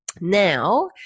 Now